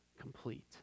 complete